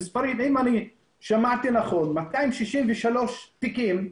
אם שמעתי נכון, 263 תיקים,